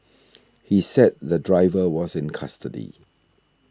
he said the driver was in custody